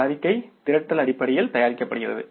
இந்த அறிக்கை திரட்டல் அடிப்படையில் தயாரிக்கப்படுகிறது